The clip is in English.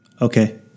Okay